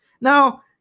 Now